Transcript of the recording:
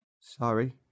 Sorry